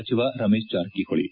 ಸಚಿವ ರಮೇಶ್ ಜಾರಕಿಹೊಳಿ